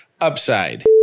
upside